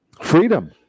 freedom